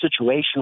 situation